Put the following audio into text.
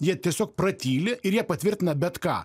jie tiesiog pratyli ir jie patvirtina bet ką